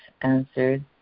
answered